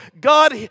God